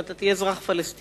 אם אתה תהיה אזרח פלסטיני,